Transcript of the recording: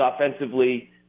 offensively